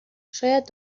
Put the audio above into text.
شاید